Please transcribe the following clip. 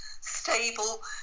stable